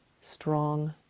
strong